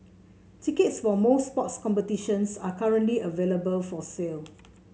tickets for most sports competitions are currently available for sale